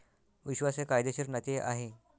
विश्वास हे कायदेशीर नाते आहे